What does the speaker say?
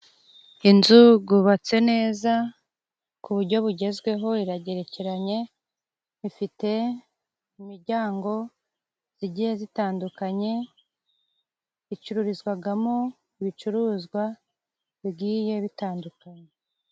Inzu yubatse neza ku buryo bugezweho, iragerekeranye ifite imiryango igiye itandukanye, icururizwamo ibicuruzwa bigiye bitandukanye.